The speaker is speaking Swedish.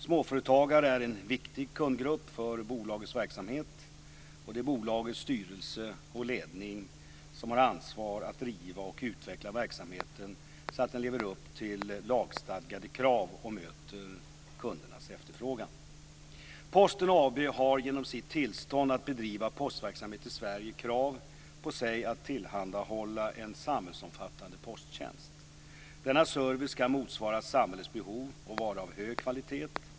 Småföretagare är en viktigt kundgrupp för bolagets verksamhet. Det är bolagets styrelse och ledning som har ansvaret att driva och utveckla verksamheten så att den lever upp till lagstadgade krav och möter kundernas efterfrågan. Posten AB har genom sitt tillstånd att bedriva postverksamhet i Sverige krav på sig att tillhandahålla en samhällsomfattande posttjänst. Denna service ska motsvara samhällets behov och vara av hög kvalitet.